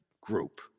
group